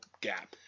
gap